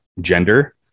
gender